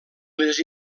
les